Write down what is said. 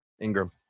Ingram